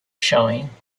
showing